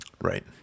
right